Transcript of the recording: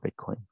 Bitcoin